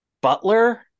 Butler